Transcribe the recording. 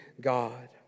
God